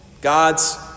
God's